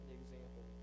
example